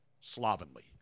slovenly